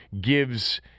gives